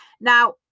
Now